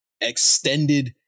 extended